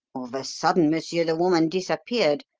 of a sudden, monsieur, the woman disappeared.